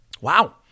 Wow